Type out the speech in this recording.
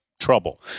trouble